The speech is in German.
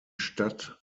stadt